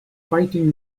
fighting